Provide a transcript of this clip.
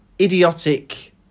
idiotic